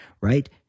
right